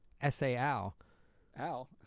S-A-L